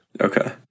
Okay